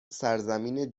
سرزمین